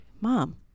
mom